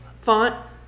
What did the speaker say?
font